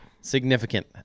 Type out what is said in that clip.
significant